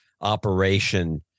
operation